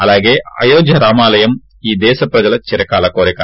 అలాగే అయోధ్య రామాలయం ఈ దేశ ప్రజల చిరకాల కోరిక